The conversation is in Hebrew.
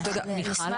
החינוך.